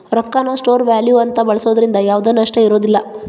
ರೊಕ್ಕಾನ store value ಅಂತ ಬಳ್ಸೋದ್ರಿಂದ ಯಾವ್ದ್ ನಷ್ಟ ಇರೋದಿಲ್ಲ